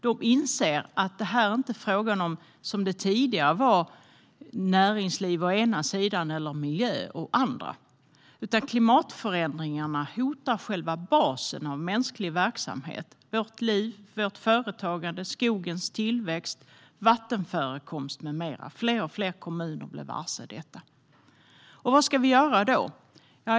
De inser att det inte är fråga om, som det var tidigare, näringslivet å ena sidan och miljön å den andra. Klimatförändringarna hotar själva basen av mänsklig verksamhet, våra liv, vårt företagande, skogens tillväxt, vattenförekomst med mera. Fler och fler kommuner blir varse detta. Vad ska vi då göra?